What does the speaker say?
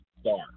star